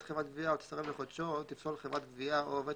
חברת גבייה או תסרב לחדשו או תפסול חברת גבייה או עובד